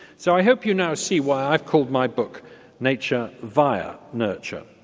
so i hope you now see why i called my book nature via nurture.